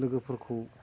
लोगोफोरखौ